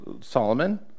Solomon